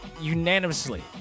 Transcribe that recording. unanimously